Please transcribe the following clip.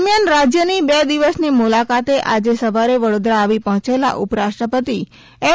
દરમિયાન રાજ્યની બે દિવસની મુલાકાતે આજે સવારે વડોદરા આવી પહોચેલા ઉપરાષ્ટ્રપતિ એમ